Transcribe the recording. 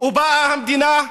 ובאה המדינה,